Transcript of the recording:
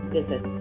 Visit